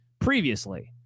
previously